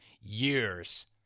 years